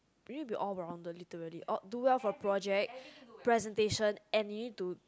you need to be all rounder literally do well for project presentation and you need to